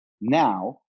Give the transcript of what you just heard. Now